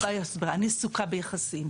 אני עסוקה ביחסים.